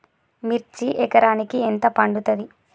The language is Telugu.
మిర్చి ఎకరానికి ఎంత పండుతది?